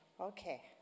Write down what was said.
Okay